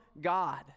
God